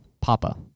Papa